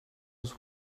was